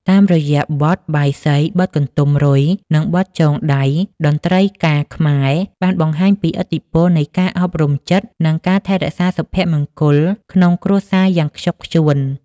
តាមរយៈបទ បាយស្រី បទ កន្ទុំរុយ និងបទ ចងដៃ តន្ត្រីការខ្មែរបានបង្ហាញពីឥទ្ធិពលនៃការអប់រំចិត្ត និងការថែរក្សាសុភមង្គលក្នុងគ្រួសារយ៉ាងខ្ជាប់ខ្ជួន។